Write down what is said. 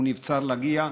נבצר ממנו להגיע,